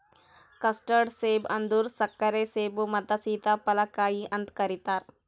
custard ಸೇಬ ಅಂದುರ್ ಸಕ್ಕರೆ ಸೇಬು ಮತ್ತ ಸೀತಾಫಲ ಕಾಯಿ ಅಂತ್ ಕರಿತಾರ್